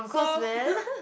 so